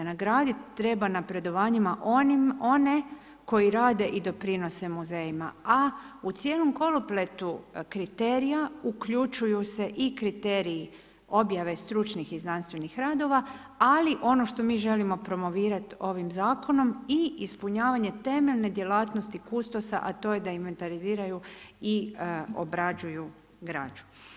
Nagradit treba napredovanjima one koji rade i doprinose muzejima, a u cijelom kolopletu kriterija uključuju se i kriteriji objave stručnih i znanstvenih radova, ali ono što mi želimo promovirat i ovim zakonom i ispunjavanje temeljne djelatnosti kustosa, a to je da invertariziraju i obrađuju građu.